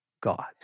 God